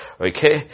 okay